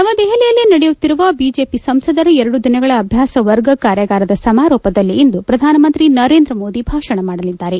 ನವದೆಹಲಿಯಲ್ಲಿ ನಡೆಯುತ್ತಿರುವ ಬಿಜೆಪಿ ಸಂಸದರ ಎರಡು ದಿನಗಳ ಅಭ್ಯಾಸ ವರ್ಗ ಕಾರ್ಯಾಗಾರದ ಸಮಾರೋಪದಲ್ಲಿಂದು ಪ್ರಧಾನಮಂತ್ರಿ ನರೇಂದ್ರ ಮೋದಿ ಭಾಷಣ ಮಾಡಲಿದ್ದಾರೆ